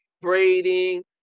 braiding